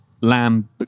lamb